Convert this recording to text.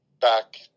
Back